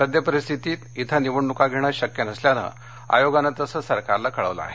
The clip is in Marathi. सद्यपरिस्थितीत इथ निवडणुका घेणं शक्य नसल्यान आयोगानं तसं सरकारला कळवलं आहे